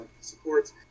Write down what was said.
supports